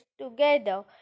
together